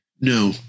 No